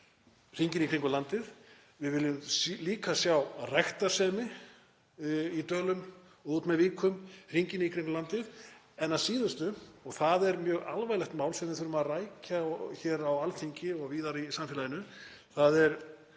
hringinn í kringum landið. Við viljum líka sjá ræktarsemi í dölum og út með vikum hringinn í kringum landið. En að síðustu, og það er mjög alvarlegt mál sem við þurfum að rækja hér á Alþingi og víðar í samfélaginu, er það